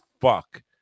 fuck